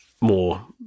more-